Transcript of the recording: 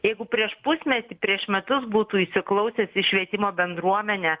jeigu prieš pusmetį prieš metus būtų įsiklausęs į švietimo bendruomenę